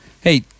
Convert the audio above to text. hey